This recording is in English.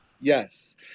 Yes